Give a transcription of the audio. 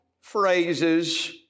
phrases